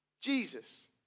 Jesus